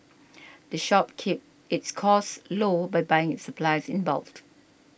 the shop keeps its costs low by buying its supplies in bulk